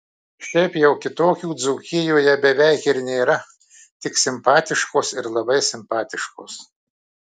šiaip jau kitokių dzūkijoje beveik ir nėra tik simpatiškos ir labai simpatiškos